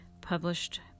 published